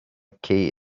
key